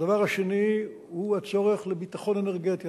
הדבר השני הוא הצורך בביטחון אנרגטי.